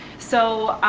so,